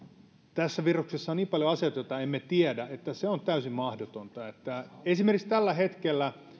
tässä viruksessa on niin paljon asioita joita emme tiedä että se on täysin mahdotonta esimerkiksi tällä hetkellä